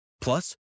Plus